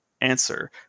answer